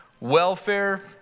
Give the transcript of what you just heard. welfare